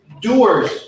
doers